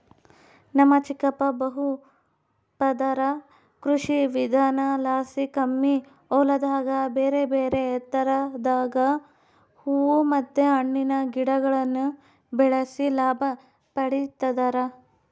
ನಮ್ ಚಿಕ್ಕಪ್ಪ ಬಹುಪದರ ಕೃಷಿವಿಧಾನಲಾಸಿ ಕಮ್ಮಿ ಹೊಲದಾಗ ಬೇರೆಬೇರೆ ಎತ್ತರದಾಗ ಹೂವು ಮತ್ತೆ ಹಣ್ಣಿನ ಗಿಡಗುಳ್ನ ಬೆಳೆಸಿ ಲಾಭ ಪಡಿತದರ